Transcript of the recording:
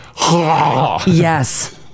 Yes